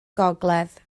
gogledd